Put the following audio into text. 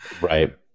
Right